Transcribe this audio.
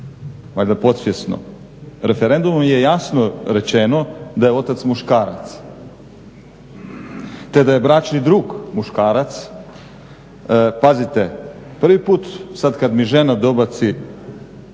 valjda podsvjesno. Referendumom je jasno rečeno da je otac muškarac, te da je bračni drug muškarac. Pazite, prvi puta sada kada mi žena dobaci kakav